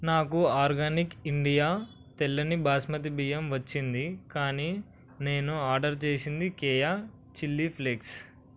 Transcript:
నాకు organic India తెల్లని బాస్మతి బియ్యం వచ్చింది కానీ నేను ఆర్డర్ చేసింది కేయా చిల్లీ ఫ్లేక్స్